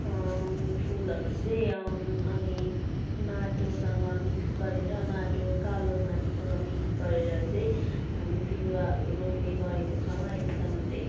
फुलहरू चाहिँ अनि माटोसँग मिक्स गरेर माटो कालो माटोसँग मिक्स गरेर चाहिँ हामी बिरुवाहरू रोप्ने गरेका छौँ अहिलेसम्म चाहिँ